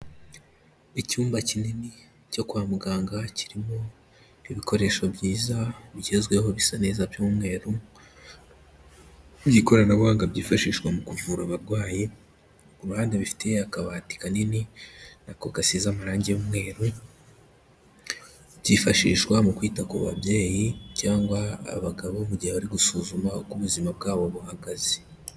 Icyumba kinini cyo kwa muganga kirimo ibikoresho byiza ,bigezweho bisa neza by'umweru ,by'ikoranabuhanga byifashishwa mu kuvura abarwayi, kuruhande bifite akabati kanini nako gasize amarange y'umweru, kifashishwa mu kwita ku babyeyi, cyangwa abagabo mu gihe bari gusuzuma uko ubuzima bwabo buhagaze